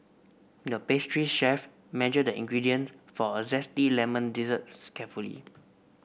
the pastry chef measured the ingredient for a zesty lemon dessert carefully